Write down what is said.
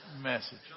message